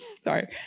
Sorry